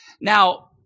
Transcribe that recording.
Now